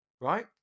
right